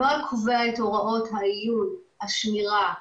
הנוהל קובע את הוראות העיון, השמירה,